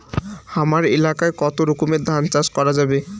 হামার এলাকায় কতো রকমের ধান চাষ করা যাবে?